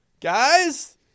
guys